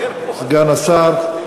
סגן השר,